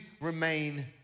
remain